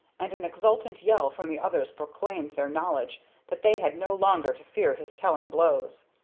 and an exultant yell from the others proclaimed their knowledge that they had no longer to fear his telling blows.